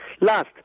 Last